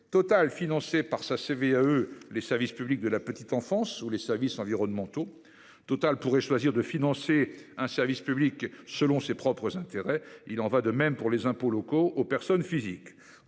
Total finançait les services publics de la petite enfance ou les services environnementaux. À l'avenir, Total pourrait choisir de financer un service public selon ses propres intérêts. Il en va de même pour les impôts locaux aux personnes physiques